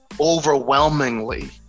overwhelmingly